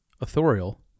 authorial